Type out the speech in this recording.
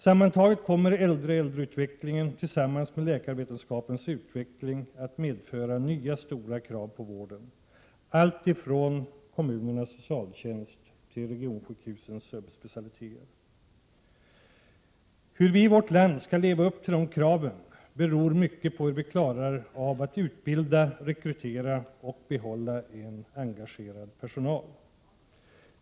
Sammantaget kommer äldre-äldre-utvecklingen tillsammans med läkarvetenskapens utveckling att medföra nya stora krav på vården — alltifrån Hur vi i vårt land skall leva upp till de kraven beror mycket på hur vi klarar av att utbilda, rekrytera och behålla en engagerad personal.